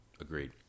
Agreed